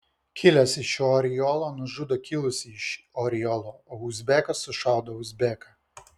kilęs iš oriolo nužudo kilusį iš oriolo o uzbekas sušaudo uzbeką